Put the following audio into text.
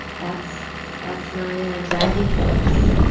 that's that's my driving force